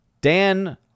Dan